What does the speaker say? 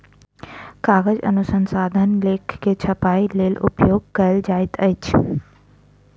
कागज अनुसंधान लेख के छपाईक लेल उपयोग कयल जाइत अछि